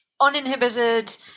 uninhibited